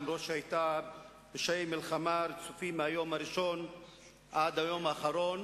שהיתה פשעי מלחמה רצופים מהיום הראשון עד היום האחרון,